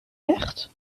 echt